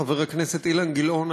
חבר הכנסת אילן גילאון,